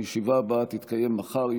הישיבה הבאה תתקיים מחר,